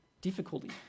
difficulty